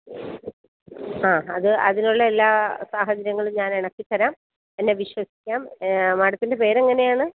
ആ അത് അതിനുള്ള എല്ലാ സാഹചര്യങ്ങളും ഞാൻ ഇണക്കിത്തരാം എന്നെ വിശ്വസിക്കാം മാഡത്തിൻ്റെ പേരെങ്ങനെയാണ്